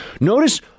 Notice